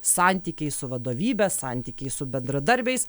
santykiai su vadovybe santykiai su bendradarbiais